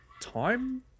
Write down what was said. time